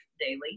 daily